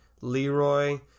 Leroy